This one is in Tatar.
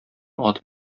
атып